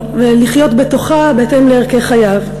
ויבינו שהם רבני כל ישראל,